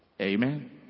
Amen